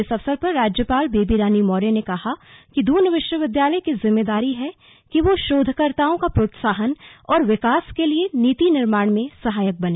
इस अवसर पर राज्यपाल बेबी रानी मौर्य ने कहा कि दून विश्वविद्यालय की जिम्मेदारी है कि वह शोधकर्ताओं का प्रोत्साहन और विकास के लिये नीति निर्माण में सहायक बने